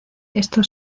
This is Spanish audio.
esto